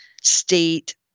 state